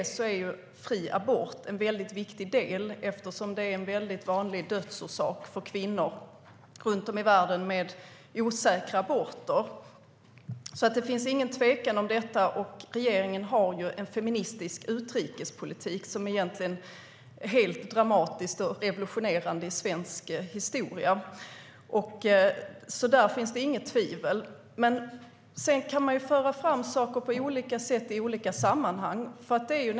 I detta är fri abort en väldigt viktig del, eftersom osäkra aborter är en mycket vanlig dödsorsak för kvinnor runt om i världen. Regeringen har en feministisk utrikespolitik som egentligen är helt dramatisk och revolutionerande i svensk historia. Om detta råder inget tvivel. Men man kan föra fram saker på olika sätt i olika sammanhang.